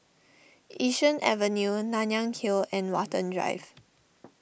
Yishun Avenue Nanyang Hill and Watten Drive